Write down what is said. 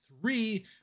three